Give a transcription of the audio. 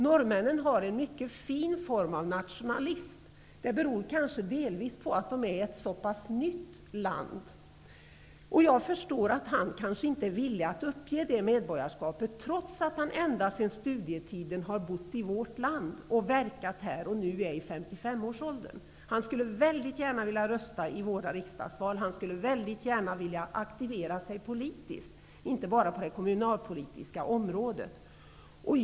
Norrmännen har en mycket fin form av nationalism -- det beror kanske delvis på att Norge är ett så pass nytt land -- och jag förstår att denne norrman inte är villig att uppge sitt medborgarskap, trots att han ända sedan studietiden har bott i vårt land och verkat här. Han är nu i 55-årsåldern, och han skulle väldigt gärna vilja rösta i våra riksdagsval och även vilja aktivera sig politiskt, inte bara på det kommunalpolitiska området.